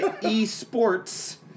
e-sports